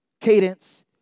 cadence